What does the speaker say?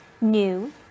new